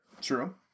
True